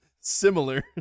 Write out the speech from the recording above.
similar